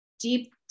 deep